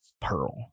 pearl